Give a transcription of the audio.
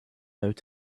out